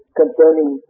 concerning